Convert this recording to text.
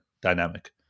dynamic